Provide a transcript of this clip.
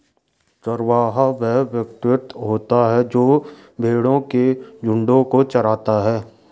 चरवाहा वह व्यक्ति होता है जो भेड़ों के झुंडों को चराता है